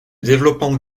développement